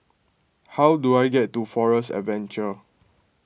how do I get to Forest Adventure